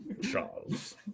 Charles